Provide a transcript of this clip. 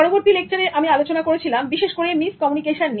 পরবর্তী লেকচারের আমি আবার আলোচনা করেছিলাম বিশেষ করে মিস কমিউনিকেশন নিয়ে